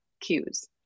cues